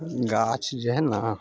गाछ जे हइ ने